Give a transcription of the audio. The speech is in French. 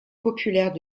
populaire